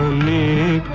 me